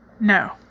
No